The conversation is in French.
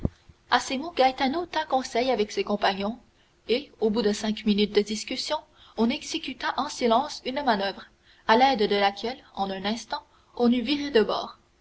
à ces mots gaetano tint conseil avec ses compagnons et au bout de cinq minutes de discussion on exécuta en silence une manoeuvre à l'aide de laquelle en un instant on eut viré de bord